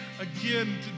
Again